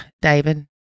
David